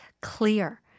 clear